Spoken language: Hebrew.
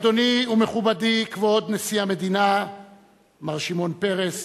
אדוני ומכובדי, כבוד נשיא המדינה מר שמעון פרס,